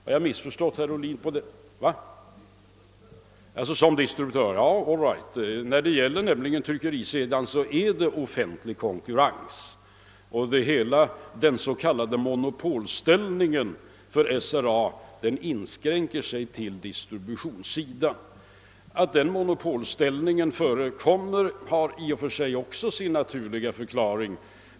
Har jag missförstått herr Ohlin på den punkten? All right, när det gäller tryckerisidan är det nämligen offentlig konkurrens, och hela den s.k. monopolställningen för SRA inskränker sig till distributionssidan. Att den monopolställningen förekommer har i och för sig också sin naturliga förklaring.